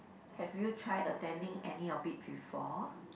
have you try attending any of it before